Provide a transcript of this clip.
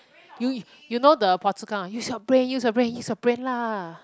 you you know the phua chu kang use your brain use your brain use your brain lah